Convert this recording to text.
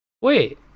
wait